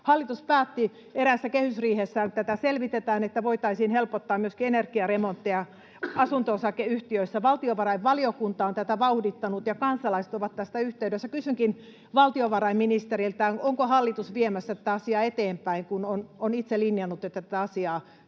Hallitus päätti eräässä kehysriihessään, että selvitetään, voitaisiinko helpottaa myöskin energiaremontteja asunto-osakeyhtiöissä. Valtiovarainvaliokunta on tätä vauhdittanut, ja kansalaiset ovat tästä yhteydessä. Kysynkin valtiovarainministeriltä: onko hallitus viemässä tätä asiaa eteenpäin, kun on itse linjannut, että tätä asiaa